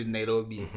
Nairobi